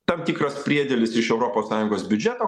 tam tikras priedėlis iš europos sąjungos biudžeto